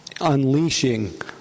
unleashing